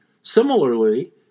Similarly